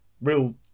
real